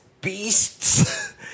Beasts